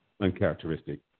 uncharacteristic